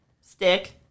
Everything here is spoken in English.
Stick